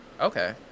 Okay